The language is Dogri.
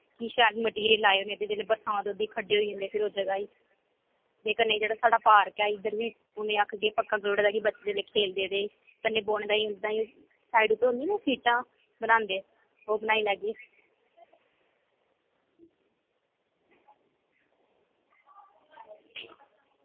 कि शैल मैटीरियल लाए कि जेल्लै बरसांत होई जंदी ना ते खड्ढे होई जंदे उस जगह ई ते कन्नै जेह्ड़ा साढ़ा पार्क ऐ इद्धर बी उनें ई आक्खगे कि पक्का करी ओड़े ते जेल्लै खेल्लदे ते कन्नै बौह्ने ताहीं साईड पर होंदे ना सीटां बनांदे ओह् बनाई लैगी